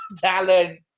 talent